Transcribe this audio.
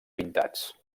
pintats